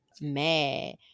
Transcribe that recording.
mad